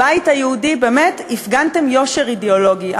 הבית היהודי, באמת הפגנתם יושר אידיאולוגי.